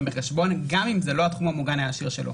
בחשבון גם אם זה לא התחום המוגן הישיר שלו.